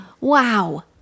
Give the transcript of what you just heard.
Wow